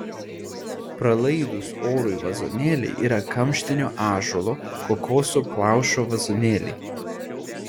pralaidūs orui vazonėliai yra kamštinio ąžuolo kokoso plaušo vazonėliai